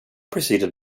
preceded